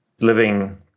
living